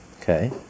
Okay